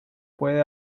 puede